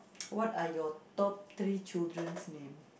what are your top three children's name